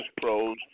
pros